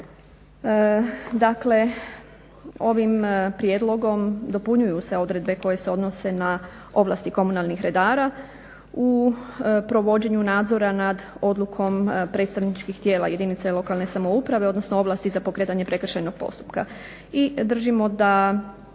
Dakle, ovim prijedlogom dopunjuju se odredbe koje se odnose na ovlasti komunalnih redara u provođenju nadzora nad odlukom predstavničkih tijela jedinica lokalne samouprave odnosno ovlasti za pokretanje prekršajnog postupka.